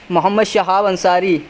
Muhammad Shahab Ansari